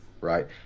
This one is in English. right